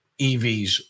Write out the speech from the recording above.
EVs